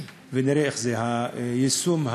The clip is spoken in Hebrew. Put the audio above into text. ונראה איך יהיה היישום.